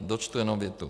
Dočtu jenom větu.